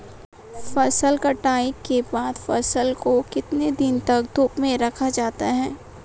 फसल कटाई के बाद फ़सल को कितने दिन तक धूप में रखा जाता है?